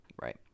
right